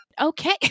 Okay